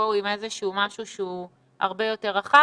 ויבואו עם איזשהו משהו שהוא הרבה יותר רחב.